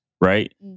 right